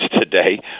today